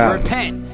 repent